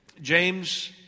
James